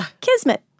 kismet